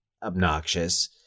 obnoxious